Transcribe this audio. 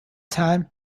time